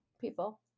people